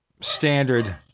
standard